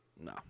No